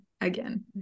again